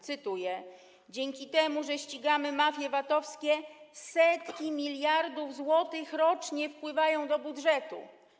Cytuję: dzięki temu, że ścigamy mafie VAT-owskie, setki miliardów złotych rocznie wpływają do budżetu.